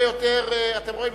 אתם רואים,